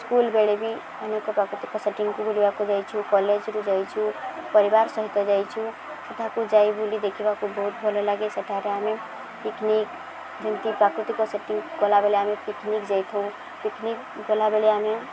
school ବେଳେ ବି ଅନେକ ପ୍ରାକୃତିକ ସେଟିଙ୍ଗକୁ ବୁଲିବାକୁ ଯାଇଛୁ କଲେଜରୁ ଯାଇଛୁ ପରିବାର ସହିତ ଯାଇଛୁ ସେଠାକୁ ଯାଇ ବୁଲି ଦେଖିବାକୁ ବହୁତ ଭଲଲାଗେ ସେଠାରେ ଆମେ ପିକ୍ନିକ ଯେମିତି ପ୍ରାକୃତିକ ସେଟିଙ୍ଗ କଲାବେଳେ ଆମେ ପିକ୍ନିକ ଯାଇଥାଉ ପିକ୍ନିକ ଗଲାବେଳେ ଆମେ